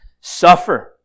suffer